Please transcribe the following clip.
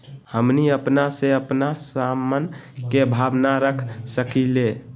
हमनी अपना से अपना सामन के भाव न रख सकींले?